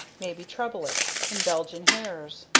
maybe treble it, in belgian hares.